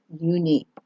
unique